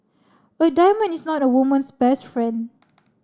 a diamond is not a woman's best friend